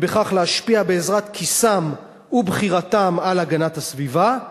ובכך להשפיע בעזרת כיסם ובחירתם על הגנת הסביבה.